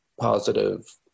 positive